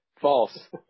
False